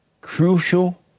crucial